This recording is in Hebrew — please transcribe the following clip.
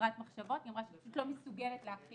חברת "מחשבות", פרשה ואמרה שהיא לא מסוגלת להכין